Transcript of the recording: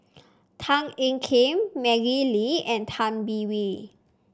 Tan Ean Kiam Maggie Lim and Tay Bin Wee